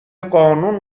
قانون